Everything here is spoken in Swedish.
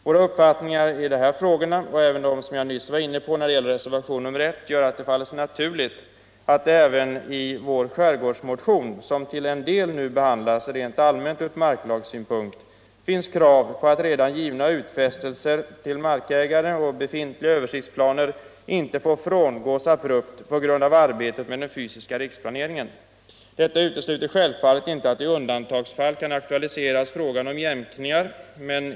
Våra uppfattningar i dessa frågor och även i dem som jag nyss var inne på när det gäller reservationen 1 gör att det faller sig naturligt att det även i vår skärgårdsmotion, som till en del nu behandlas rent allmänt från marklagssynpunkt, finns krav på att redan givna löften och utfästelser till markägare samt befintliga översiktsplaner inte får frångås abrupt på grund av arbetet med den fysiska riksplaneringen. Detta utesluter självfallet inte att frågan om jämkningar kan aktualiseras i undantagsfall.